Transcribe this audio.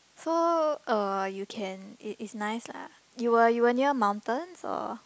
so uh you can it it's nice lah you were you were near mountains or